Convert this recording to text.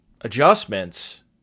adjustments